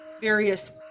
various